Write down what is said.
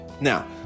Now